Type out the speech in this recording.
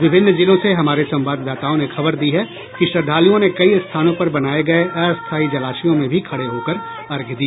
विभिन्न जिलों से हमारे संवाददाताओं ने खबर दी है कि श्रद्धालुओं ने कई स्थानों पर बनाए गए अस्थायी जलाशयों में भी खड़े होकर अर्घ्य दिया